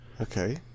okay